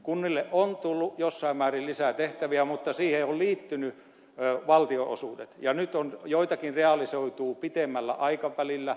kunnille on tullut jossain määrin lisää tehtäviä mutta siihen ovat liittyneet valtionosuudet ja joitakin realisoituu pitemmällä aikavälillä